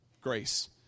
grace